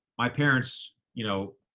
my parents, you know,